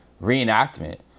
reenactment